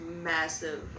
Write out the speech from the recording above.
massive